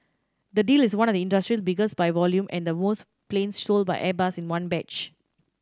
the deal is one of the industry's biggest by volume and the most planes sold by Airbus in one batch